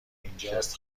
اینجاس